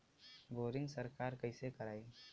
Boring सरकार कईसे करायी?